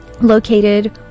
located